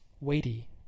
weighty